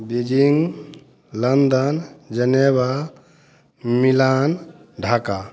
Beijing London Geneva Milan Dhaka